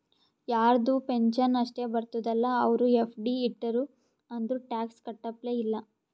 ಯಾರದು ಪೆನ್ಷನ್ ಅಷ್ಟೇ ಬರ್ತುದ ಅಲ್ಲಾ ಅವ್ರು ಎಫ್.ಡಿ ಇಟ್ಟಿರು ಅಂದುರ್ ಟ್ಯಾಕ್ಸ್ ಕಟ್ಟಪ್ಲೆ ಇಲ್ಲ